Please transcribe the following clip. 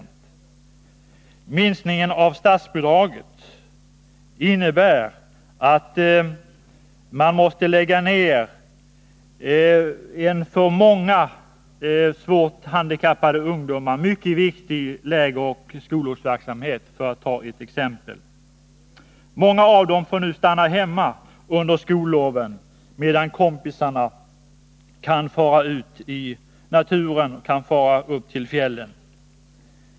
Denna minskning av statsbidraget innebär att en mycket viktig lägeroch skollovsverksamhet måste läggas ned för många handikappade ungdomar. Det är bara ett exempel. Många av dem får nu stanna hemma under skolloven, medan kompisarna kan fara ut i naturen eller upp till fjällen.